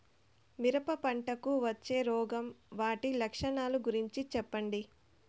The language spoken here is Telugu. మిరప పంటకు వచ్చే రోగం వాటి లక్షణాలు గురించి చెప్పండి?